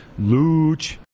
Luch